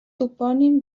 topònim